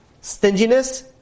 stinginess